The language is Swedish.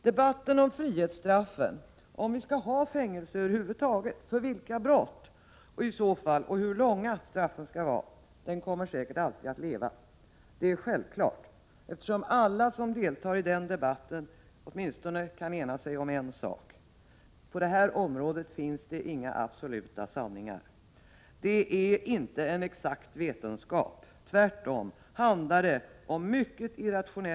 Debatten om frihetsstraffen — om vi över huvud taget skall ha fängelsestraff, vilka brott som i så fall förtjänar fängelsestraff och hur långa straffen skall vara — kommer säkert alltid att leva. Det är självklart, eftersom alla som deltar i denna debatt åtminstone kan ena sig om en sak, nämligen att det på detta område inte finns några absoluta sanningar. Det handlar inte om någon exakt vetenskap. Tvärtom handlar det om mycket irrationella individer, Prot.